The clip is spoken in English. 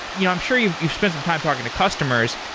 you know i'm sure you've you've spent some time talking to customers.